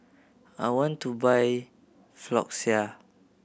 I want to buy Floxia